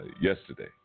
yesterday